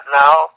now